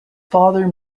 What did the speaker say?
father